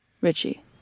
Richie